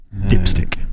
Dipstick